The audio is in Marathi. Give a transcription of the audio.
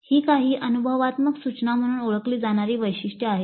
ही काही अनुभवात्मक सूचना म्हणून ओळखली जाणारी वैशिष्ट्ये आहेत